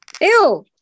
ew